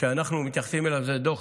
שאנחנו מתייחסים אליו הוא הדוח